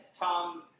Tom –